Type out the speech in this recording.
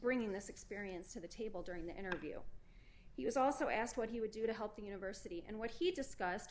bringing this experience to the table during the interview he was also asked what he would do to help the university and what he discussed